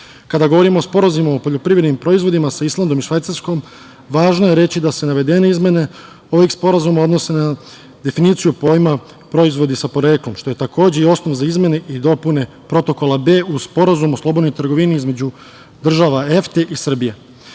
Kada govorimo o sporazumima o poljoprivrednim proizvodima sa Islandom i Švajcarskom važno je reći da se navedene izmene ovih sporazuma odnose na definiciju pojma - proizvodi sa poreklom, što je takođe i osnov za izmene i dopune protokola B u Sporazumu o slobodnoj trgovini između država EFTE i